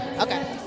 okay